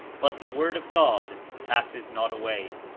but the word of god passes not away.